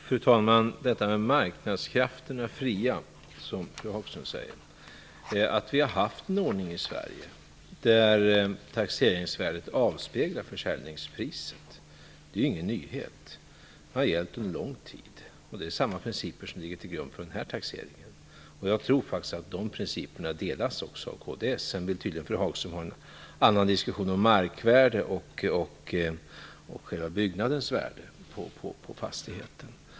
Fru talman! Fru Hagström säger att vi släpper marknadskrafterna fria. Vi har haft en ordning i Sverige där taxeringsvärdet avspeglar försäljningspriset. Det är ingen nyhet. Det har gällt under lång tid. Det är samma principer som ligger till grund för den här taxeringen. Jag tror faktiskt att de principerna även delas av kds. Sedan vill tydligen fru Hagström ha en diskussion om markvärde och själva byggnadens värde.